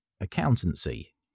accountancy